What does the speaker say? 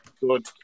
Good